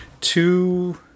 two